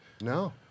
No